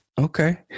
Okay